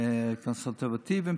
והאורתודוקסים והקונסרבטיבים.